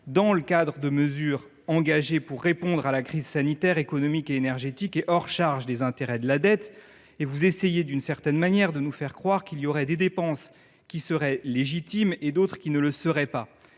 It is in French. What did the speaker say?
dans le cadre de mesures engagées pour répondre à la crise sanitaire, économique et énergétique, et hors charge des intérêts de la dette. Vous essayez de nous faire croire qu’il y aurait des dépenses légitimes et d’autres qui ne le seraient pas.